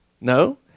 No